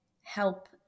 help